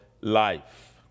life